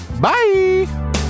Bye